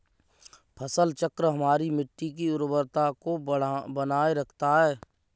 फसल चक्र हमारी मिट्टी की उर्वरता को बनाए रखता है